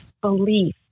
belief